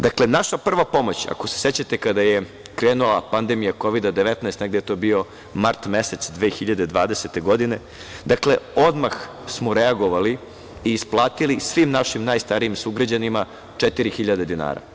Dakle, naša prva pomoć, ako se sećate, kada je krenula pandemija Kovida-19, negde je to bio mart mesec 2020. godine, dakle, odmah smo reagovali i isplatili svim našim najstarijim sugrađanima 4.000 dinara.